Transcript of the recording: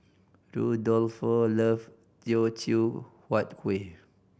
Rudolfo love Teochew Huat Kuih